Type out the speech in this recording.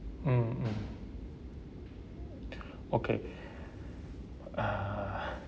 mm mm okay uh